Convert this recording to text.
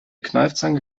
kneifzange